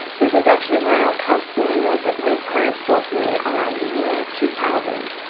this is actually my old calculator that my parents bought for me around the year two thousand,